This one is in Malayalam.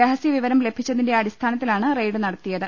രഹസ്യവിവരം ലഭിച്ചതിന്റെ അടിസ്ഥാനത്തിലാണ് റെയ്ഡ് നടത്തിയത്